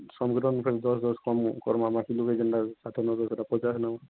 ସମସ୍ତଙ୍କୁ ଦଶ୍ ଦଶ୍ କମୁ କର୍ମା ବୋଲେ ମାର୍କେଟ ଉପରେ ଯେନ୍ତା ଷାଠିଏ ନେଉଛ ସେଟା ପଚାଶ୍ ନେବୁ